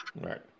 right